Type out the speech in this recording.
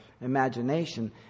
imagination